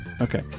Okay